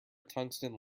tungsten